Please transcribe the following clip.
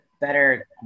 better